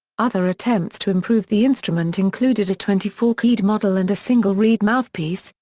other attempts to improve the instrument included a twenty four keyed model and a single-reed mouthpiece,